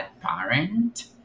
parent